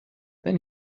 then